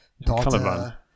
daughter